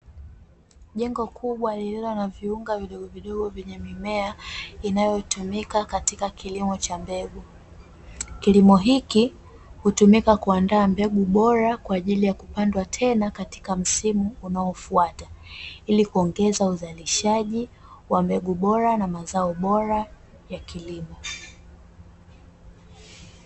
Jengo kubwa lililo na viunga vidogodogo vyenye mimea inayotumika katika kilimo cha mbegu. Kilimo hiki hutumika kuandaa mbegu bora, kwaajili ya kupandwa tena katika msimu unaofuata, ili kuongeza uzalishaji wa mbegu bora na mazao bora ya Kilimo.